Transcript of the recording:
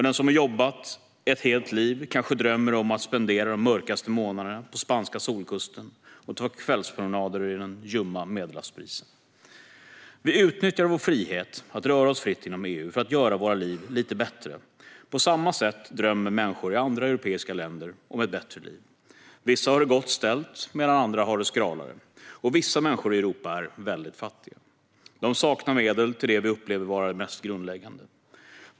Den som har jobbat ett helt liv kanske drömmer om att spendera de mörkaste månaderna på spanska solkusten och ta kvällspromenader i den ljumma Medelhavsbrisen. Vi utnyttjar vår frihet att röra oss fritt inom EU för att göra våra liv lite bättre. På samma sätt drömmer människor i andra europeiska länder om ett bättre liv. Vissa har det gott ställt, medan andra har det skralare. Och vissa människor i Europa är väldigt fattiga. De saknar medel till det vi upplever vara det mest grundläggande.